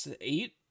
eight